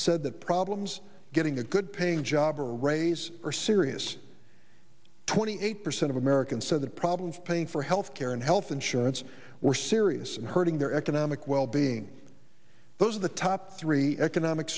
said the problems getting a good paying job or raise were serious twenty eight percent of americans said that problems paying for health care and health insurance were serious and hurting their economic well being those are the top three economic